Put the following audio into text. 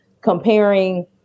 comparing